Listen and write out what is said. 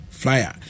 flyer